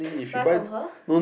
buy from her